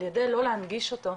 על ידי לא להנגיש אותו,